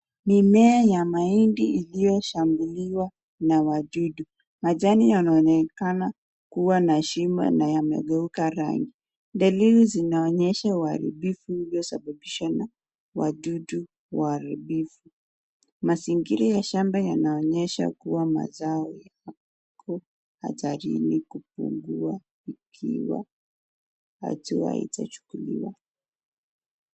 Mimea ya mahindi iliyoshambuliwa na wadudu majani yanaonekana kuwa na shimo na yamegeuka rangi dalili zinaonyesha uharibifu uliosababishwa na wadudu waharibifu. Mazingira ya shamba yanaonyesha kuwa mazao yako hatarini kupungua ikiwa hatua haitachukuliwa.